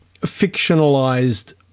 fictionalized